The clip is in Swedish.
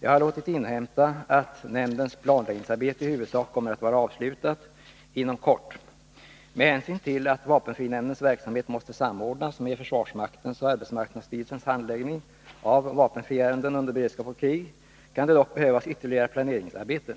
Jag har låtit inhämta att nämndens planläggningsarbete i huvudsak kommer att vara avslutat inom kort. Med hänsyn till att vapenfrinämndens verksamhet måste samordnas med försvarsmaktens och arbetsmarknadsstyrelsens handläggning av vapenfriärenden under beredskap och krig, kan det dock behövas ytterligare planeringsarbete.